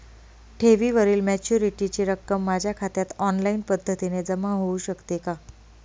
ठेवीवरील मॅच्युरिटीची रक्कम माझ्या खात्यात ऑनलाईन पद्धतीने जमा होऊ शकते का?